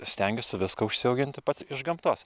stengiuosi viską užsiauginti pats iš gamtos